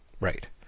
Right